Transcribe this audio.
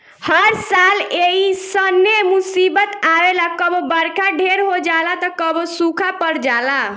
हर साल ऐइसने मुसीबत आवेला कबो बरखा ढेर हो जाला त कबो सूखा पड़ जाला